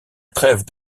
trêve